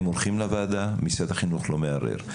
הם הולכים לוועדה, משרד החינוך לא מערער.